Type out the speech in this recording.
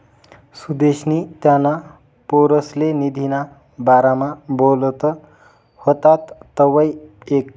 सुदेशनी त्याना पोरसले निधीना बारामा बोलत व्हतात तवंय ऐकं